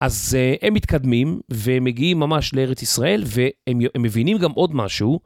אז הם מתקדמים והם מגיעים ממש לארץ ישראל והם מבינים גם עוד משהו.